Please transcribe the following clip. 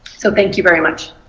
so thank you very much?